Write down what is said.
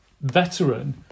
veteran